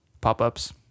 Pop-ups